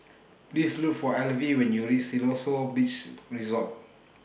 Please Look For Alvie when YOU REACH Siloso Beach Resort